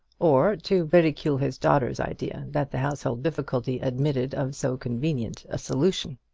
or to ridicule his daughter's idea that the household difficulty admitted of so convenient a solution.